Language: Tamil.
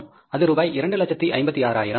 அது ரூபாய் 256000